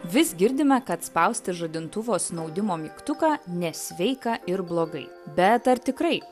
vis girdime kad spausti žadintuvo snaudimo mygtuką nesveika ir blogai bet ar tikrai